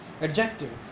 adjective